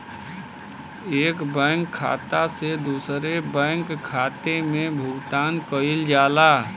एक बैंक खाता से दूसरे बैंक खाता में भुगतान कइल जाला